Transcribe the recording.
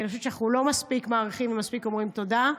כי אני חושבת שאנחנו לא מספיק מעריכים ומספיק אומרים תודה.